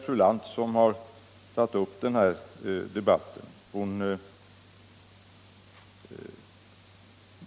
Fru Lantz, som har tagit upp den här debatten,